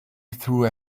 through